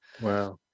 Wow